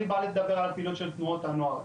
אני בא לדבר על הפעילות של תנועות הנוער.